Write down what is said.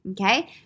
okay